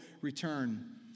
return